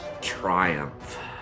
triumph